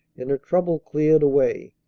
and her trouble cleared away.